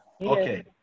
Okay